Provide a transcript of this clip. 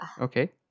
Okay